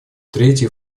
третий